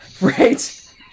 Right